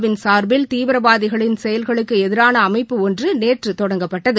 win சாா்பில் தீவிரவாதிகளின் செயல்களுக்குஎதிரானஅமைப்பு ஒன்றுநேற்றுதொடங்கப்பட்டது